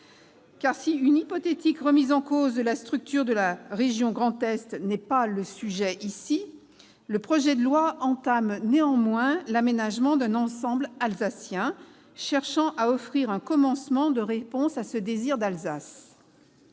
si une hypothétique remise en cause de la structure de la région Grand Est n'est pas le sujet de ce texte, celui-ci entame néanmoins l'aménagement d'un ensemble alsacien, en cherchant à offrir un commencement de réponse à ce « désir d'Alsace